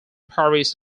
paris